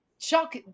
Shock